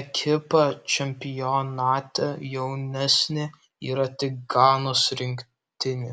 ekipą čempionate jaunesnė yra tik ganos rinktinė